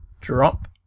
Drop